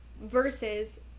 versus